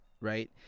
right